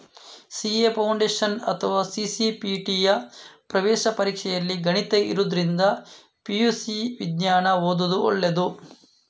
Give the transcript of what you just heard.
CA foundation ಅಥವಾ ಸಿ.ಪಿ.ಟಿಯ ಪ್ರವೇಶ ಪರೀಕ್ಷೆಯಲ್ಲಿ ಗಣಿತ ಇರುದ್ರಿಂದ ಪಿ.ಯು.ಸಿ ವಿಜ್ಞಾನ ಓದುದು ಒಳ್ಳೇದು